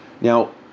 Now